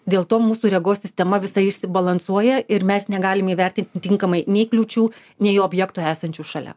dėl to mūsų regos sistema visa išsibalansuoja ir mes negalim įvertinti tinkamai nei kliūčių nei objektų esančių šalia